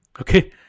Okay